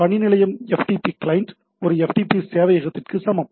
பணிநிலையம் FTP client ஒரு FTP சேவையகத்திற்கு சமம்